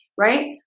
right?